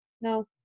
No